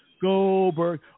Goldberg